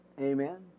Amen